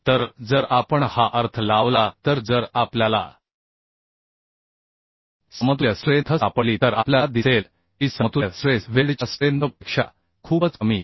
तर जर आपण हा अर्थ लावला तर जर आपल्याला समतुल्य स्ट्रेंथ सापडली तर आपल्याला दिसेल की समतुल्य स्ट्रेस वेल्डच्या स्ट्रेंथ पेक्षा खूपच कमी आहे